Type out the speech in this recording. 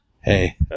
Hey